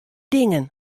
dingen